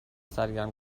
سرگرم